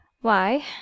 Why